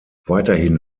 weiterhin